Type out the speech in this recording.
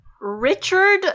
Richard